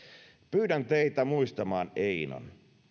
pyydän teitä muistamaan einon